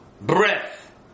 breath